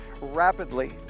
rapidly